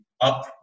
up